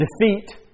defeat